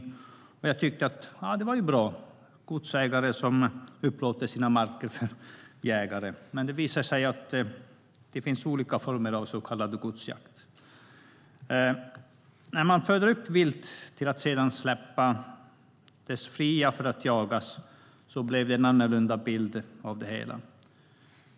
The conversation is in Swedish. Det var ju bra, tyckte jag. Godsägare upplåter sina marker för jägare. Men det visade sig att det finns olika former av så kallad godsjakt. Man föder upp vilt till att släppas fritt för att jagas. Det ger en annorlunda bild av det hela.